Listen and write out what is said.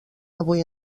avui